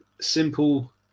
simple